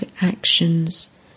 actions